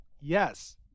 Yes